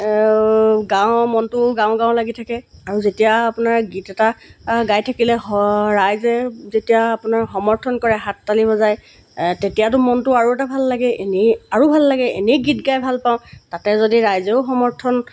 গাঁও মনটো গাঁও গাঁও লাগি থাকে আৰু যেতিয়া আপোনাৰ গীত এটা গাই থাকিলে ৰাইজে যেতিয়া আপোনাৰ সমৰ্থন কৰে হাত তালি বজায় তেতিয়াতো মনটো আৰু এটা ভাল লাগে এনেই আৰু ভাল লাগে এনেই গীত গাই ভাল পাওঁ তাতে যদি ৰাইজেও সমৰ্থন